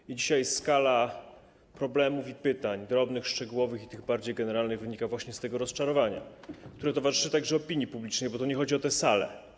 I dzisiaj skala problemów i pytań, drobnych, szczegółowych i tych bardziej generalnych, wynika właśnie z tego rozczarowania, które towarzyszy także opinii publicznej, bo to nie chodzi o tę salę.